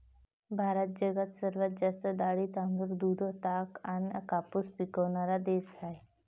भारत जगात सर्वात जास्त डाळी, तांदूळ, दूध, ताग अन कापूस पिकवनारा देश हाय